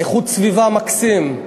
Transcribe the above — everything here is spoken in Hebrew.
איכות הסביבה, מקסים,